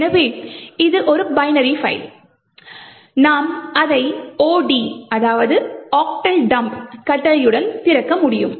எனவே இது ஒரு பைனரி பைல் நாம் அதை od கட்டளையுடன் திறக்க முடியும்